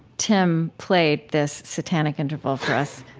tim played this satanic interval for us.